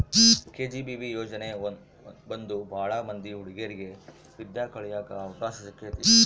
KGBV ಯೋಜನೆ ಬಂದು ಭಾಳ ಮಂದಿ ಹುಡಿಗೇರಿಗೆ ವಿದ್ಯಾ ಕಳಿಯಕ್ ಅವಕಾಶ ಸಿಕ್ಕೈತಿ